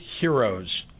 heroes